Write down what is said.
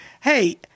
Hey